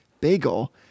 bagel